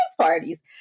parties